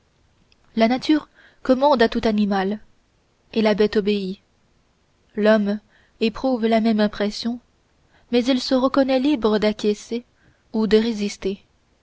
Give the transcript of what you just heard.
la nature commande à tout animal et la bête obéit l'homme éprouve la même impression mais il se reconnaît libre d'acquiescer ou de résister